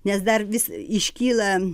nes dar vis iškyla